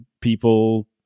people